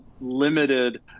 limited